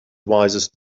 wisest